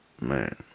man